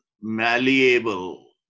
malleable